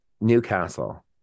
Newcastle